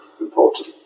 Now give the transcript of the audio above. important